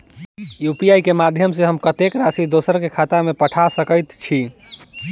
UPI केँ माध्यम सँ हम कत्तेक राशि दोसर केँ खाता मे पठा सकैत छी?